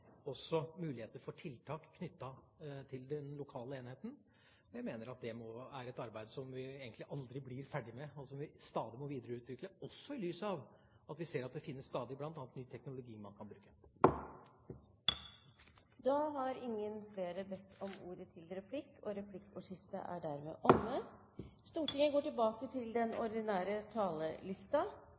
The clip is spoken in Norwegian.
muligheter for tiltak knyttet til den lokale enheten. Jeg mener at det er et arbeid som vi egentlig aldri blir ferdig med og som vi stadig må videreutvikle, også i lys av at det stadig er ny teknologi man kan bruke. Replikkordskiftet er dermed omme. De talere som heretter får ordet, har en taletid på inntil 3 minutter. At dette forslaget er